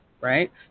Right